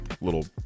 little